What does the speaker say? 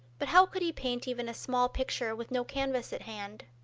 but how could he paint even a small picture with no canvas at hand?